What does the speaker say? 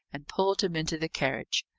and pulled him into the carriage,